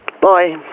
Bye